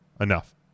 enough